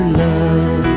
love